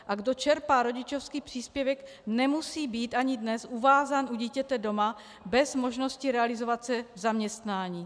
A kdo čerpá rodičovský příspěvek, nemusí být ani dnes uvázán u dítěte doma bez možnosti realizovat se v zaměstnání.